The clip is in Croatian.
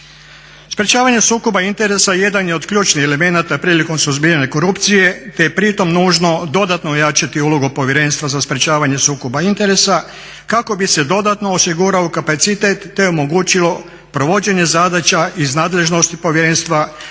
Sprječavanje sukoba interesa jedan je od ključnih elemenata prilikom suzbijanja korupcije, te je pritom nužno dodatno ojačati ulogu Povjerenstva za sprječavanje sukoba interesa kako bi se dodatno osigurao kapacitet, te omogućilo provođenje zadaća iz nadležnosti povjerenstva, a temeljeno